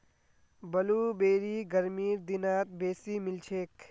blueberry गर्मीर दिनत बेसी मिलछेक